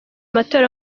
amatora